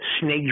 snake